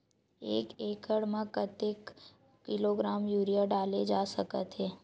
एक एकड़ म कतेक किलोग्राम यूरिया डाले जा सकत हे?